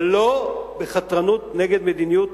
אבל לא בחתרנות נגד מדיניות